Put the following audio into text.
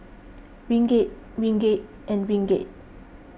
Ringgit Ringgit and Ringgit